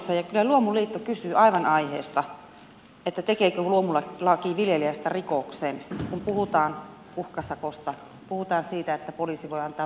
kyllä luomuliitto kysyy aivan aiheesta tekeekö luomulaki viljelijästä rikollisen kun puhutaan uhkasakosta puhutaan siitä että poliisi voi antaa virka apua